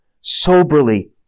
soberly